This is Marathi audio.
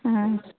हां